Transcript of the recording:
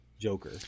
Joker